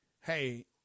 hey